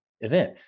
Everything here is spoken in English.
event